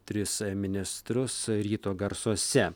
tris ministrus ryto garsuose